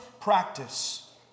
practice